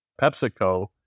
PepsiCo